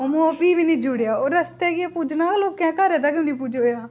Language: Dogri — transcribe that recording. ओह् मुहा फ्ही बी नी जुड़ेआ ओह् रस्ते केह् पुज्जना लोकें घर तकर बी नेईं पजोएआ